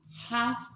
half